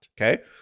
Okay